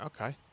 okay